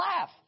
laugh